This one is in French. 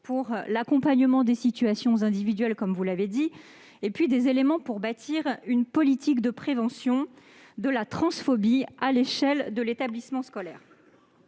et accompagner les situations individuelles, comme vous l'avez dit, et des éléments pour bâtir une politique de prévention de la transphobie à l'échelle de l'établissement scolaire.